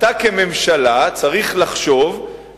אפילו שלא שמעתי, אני מאשר.